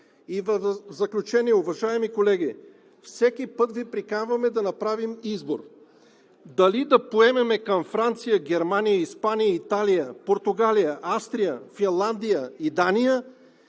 В заключение, уважаеми колеги, всеки път Ви приканваме да направим избор – дали да поемем към Франция, Германия, Испания, Италия, Португалия, Австрия, Финландия и Дания,